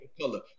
color